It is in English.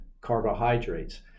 carbohydrates